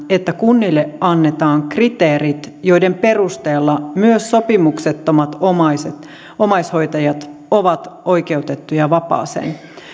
että kunnille annetaan kriteerit joiden perusteella myös sopimuksettomat omaishoitajat ovat oikeutettuja vapaaseen